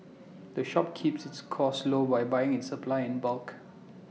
the shop keeps its costs low by buying its supplies in bulk